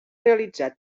realitzat